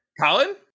Colin